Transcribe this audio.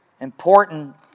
important